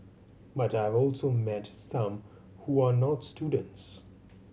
but I've also met some who are not students